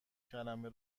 کلمه